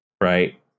Right